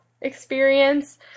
experience